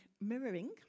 mirroring